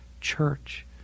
Church